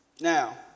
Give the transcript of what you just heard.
Now